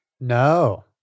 No